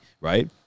right